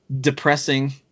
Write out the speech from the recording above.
depressing